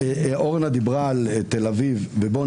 אורנה דיברה על תל אביב, ובואו